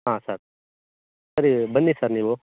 ಹಾಂ ಸರ್ ಸರಿ ಬನ್ನಿ ಸರ್ ನೀವು